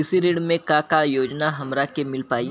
कृषि ऋण मे का का योजना हमरा के मिल पाई?